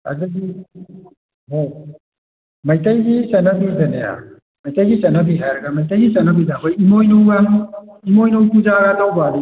ꯑꯗꯨꯗꯤ ꯍꯣꯏ ꯃꯩꯇꯩꯒꯤ ꯆꯠꯅꯕꯤꯗꯅꯦ ꯃꯤꯇꯩꯒꯤ ꯆꯠꯅꯕꯤ ꯍꯥꯏꯔꯒ ꯃꯩꯇꯩꯒꯤ ꯆꯠꯅꯕꯤꯗ ꯑꯩꯈꯣꯏꯒꯤ ꯏꯃꯣꯏꯅꯨꯒ ꯏꯃꯣꯏꯅꯨ ꯄꯨꯖꯥꯒ ꯇꯧꯕ